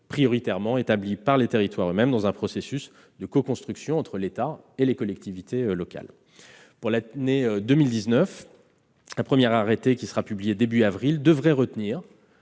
prioritairement établie par les territoires eux-mêmes, dans un processus de coconstruction entre l'État et les collectivités locales. Pour l'année 2019, un premier arrêté, qui sera publié début avril, devrait retenir